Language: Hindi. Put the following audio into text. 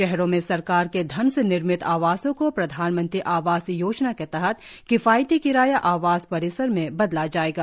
शहरों में सरकार के धन से निर्मित आवासों को प्रधानमंत्री आवास योजना के तहत किफायती किराया आवास परिसर में बदला जाएगा